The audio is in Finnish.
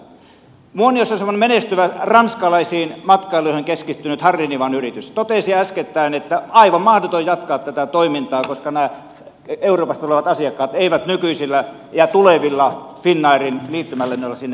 muoniossa semmoinen menestyvä ranskalaisiin matkailijoihin keskittynyt harrinivan yritys totesi äskettäin että on aivan mahdotonta jatkaa tätä toimintaa koska nämä euroopasta tulevat asiakkaat eivät nykyisillä ja tulevilla finnairin liittymälennoilla sinne pääse